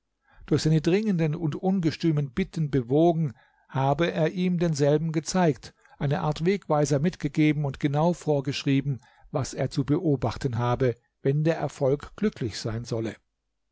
durch seine dringenden und ungestümen bitten bewogen habe er ihm denselben gezeigt eine art wegweiser mitgegeben und genau vorgeschrieben was er zu beobachten habe wenn der erfolg glücklich sein solle